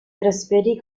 trasferì